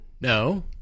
no